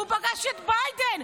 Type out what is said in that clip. והוא פגש את ביידן.